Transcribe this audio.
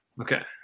Okay